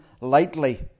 lightly